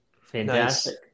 fantastic